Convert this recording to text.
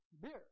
beer